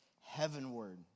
Heavenward